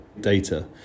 data